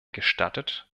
gestattet